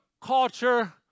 culture